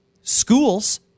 Schools